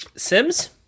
Sims